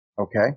Okay